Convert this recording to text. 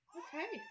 okay